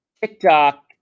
TikTok